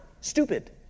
stupid